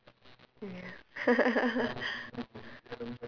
mmhmm ya